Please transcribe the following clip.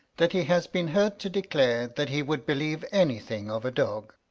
that he has been heard to declare that he would believe anything of a dog.